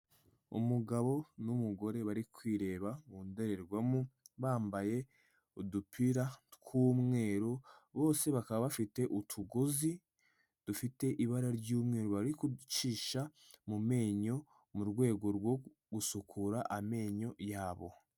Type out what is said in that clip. Umugabo n'umugore bari kwireba mu ndorerwamo, bambaye udupira tw'umweru, bose bakaba bafite utugozi dufite ibara ry'umweru bari gucisha mu menyo, mu rwego rwo gusukura amenyo yabo.